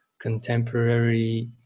contemporary